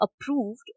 approved